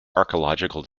archaeological